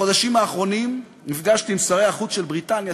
בחודשים האחרונים נפגשתי עם שרי החוץ של בריטניה,